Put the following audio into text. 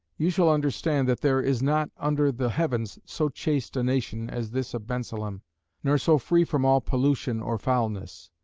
you shall understand that there is not under the heavens so chaste a nation as this of bensalem nor so free from all pollution or foulness.